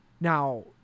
Now